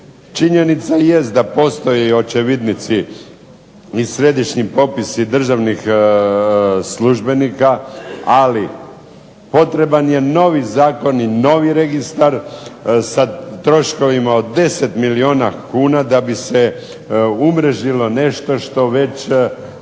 Činjenica jest da postoje očevidnici i središnji popisi državnih službenika. Ali potreban je novi zakon i novi registar sa troškovima od 10 milijuna kuna da bi se umrežilo nešto što već